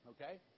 Okay